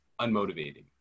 unmotivating